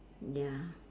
ya